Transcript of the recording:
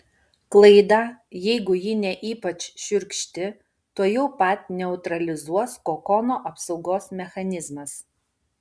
klaidą jeigu ji ne ypač šiurkšti tuojau pat neutralizuos kokono apsaugos mechanizmas